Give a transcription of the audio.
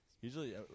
usually